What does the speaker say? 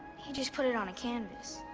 he just put it on a canvas.